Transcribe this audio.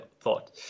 thought